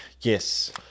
Yes